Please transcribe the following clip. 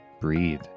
breathe